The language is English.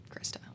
Krista